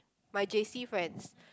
my J_C friends